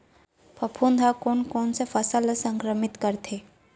फफूंद ह कोन कोन से फसल ल संक्रमित करथे?